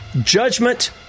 judgment